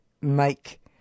make